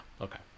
okay